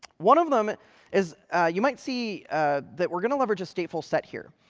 one of them is you might see that we're going to leverage a statefulset here.